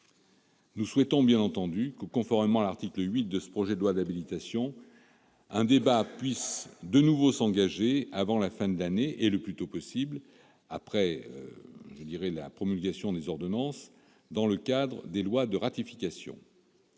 Nous souhaitons, bien entendu, que, conformément à l'article 8 de ce projet de loi d'habilitation, un débat puisse de nouveau s'engager avant la fin de l'année, le plus tôt possible après la promulgation des ordonnances, dans le cadre des lois de ratification.